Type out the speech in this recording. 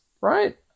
right